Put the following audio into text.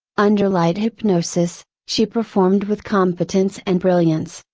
under light hypnosis, she performed with competence and brilliance,